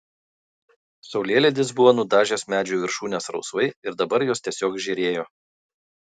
saulėlydis buvo nudažęs medžių viršūnes rausvai ir dabar jos tiesiog žėrėjo